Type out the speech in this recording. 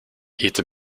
eten